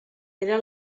era